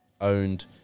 Owned